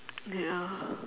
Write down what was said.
ya